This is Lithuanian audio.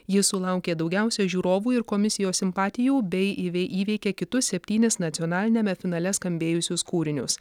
ji sulaukė daugiausiai žiūrovų ir komisijos simpatijų bei ivei įveikė kitus septynis nacionaliniame finale skambėjusius kūrinius